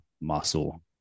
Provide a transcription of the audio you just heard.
muscle